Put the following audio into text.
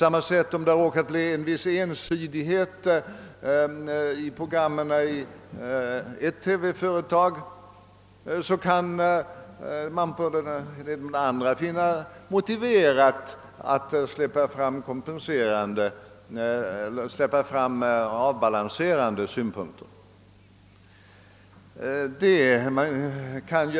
Om en fråga skulle bli ensidigt belyst i det ena TV-företagets program, kunde det andra finna det motiverat att släppa fram avbalanserande synpunkter.